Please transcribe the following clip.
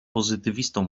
pozytywistą